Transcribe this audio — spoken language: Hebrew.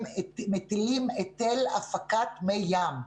הם מטילים היטל הפקת מי ים.